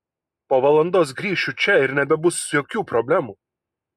po valandos grįšiu čia ir nebebus jokių problemų